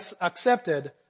accepted